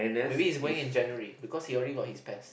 or maybe he is going in January because he only got his pest